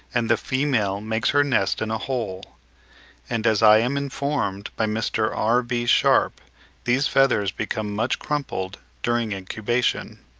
and the female makes her nest in a hole and as i am informed by mr. r b. sharpe these feathers become much crumpled during incubation.